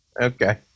Okay